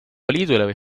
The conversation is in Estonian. võib